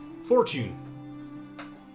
Fortune